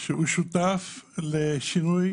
שהוא שותף לשינוי